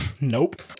Nope